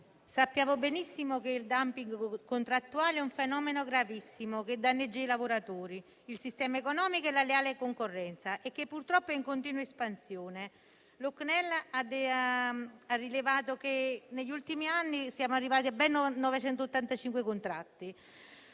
sappiamo benissimo che il *dumping* contrattuale è un fenomeno gravissimo che danneggia i lavoratori, il sistema economico e la leale concorrenza e che purtroppo è in continua espansione. Il CNEL ha rilevato che negli ultimi anni siamo arrivati a ben 985 contratti: